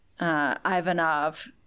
Ivanov